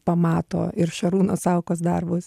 pamato ir šarūno saukos darbus